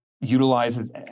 utilizes